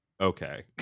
okay